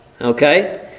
okay